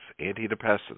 antidepressants